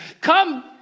come